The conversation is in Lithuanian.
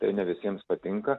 tai ne visiems patinka